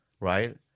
right